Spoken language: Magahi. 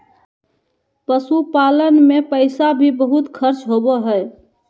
पशुपालन मे पैसा भी बहुत खर्च होवो हय